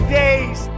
days